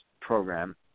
program